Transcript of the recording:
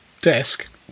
desk